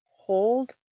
Hold